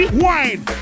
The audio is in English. wine